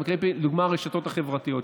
לדוגמה הרשתות החברתיות.